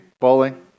bowling